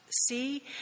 See